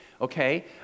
Okay